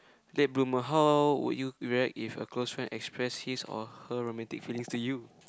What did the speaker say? late bloomer how would you react if a close friend express his or her romantic feelings to you